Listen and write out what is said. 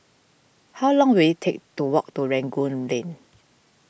how long will it take to walk to Rangoon Lane